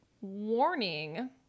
warning